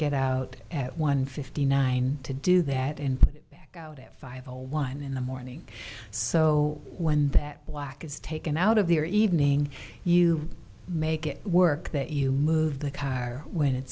get out at one fifty nine to do that in five or one in the morning so when that black is taken out of their evening you make it work that you move the car when it